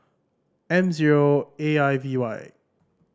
M zero A I V Y